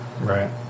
Right